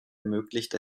ermöglicht